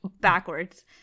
backwards